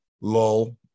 lull